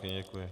Děkuji.